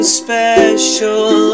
special